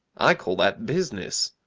i call that business.